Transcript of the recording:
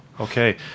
Okay